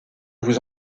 vous